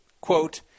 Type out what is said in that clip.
quote